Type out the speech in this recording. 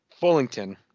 Fullington